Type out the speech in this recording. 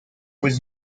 was